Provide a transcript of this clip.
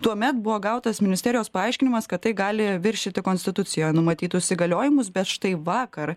tuomet buvo gautas ministerijos paaiškinimas kad tai gali viršyti konstitucijoj numatytus įgaliojimus bet štai vakar